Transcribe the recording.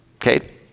Okay